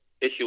issue